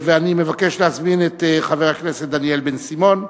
אני מבקש להזמין את חבר הכנסת דניאל בן-סימון,